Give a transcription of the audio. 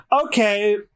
okay